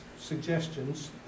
suggestions